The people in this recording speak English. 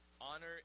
Honor